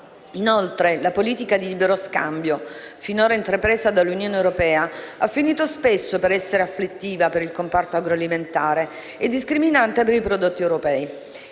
Inoltre la politica di libero scambio, finora intrapresa dall'Unione europea, ha finito spesso per essere afflittiva per il comparto agroalimentare e discriminante per i prodotti europei.